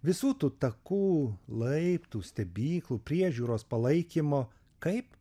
visų tų takų laiptų stebyklų priežiūros palaikymo kaip